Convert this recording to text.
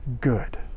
good